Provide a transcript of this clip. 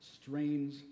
strains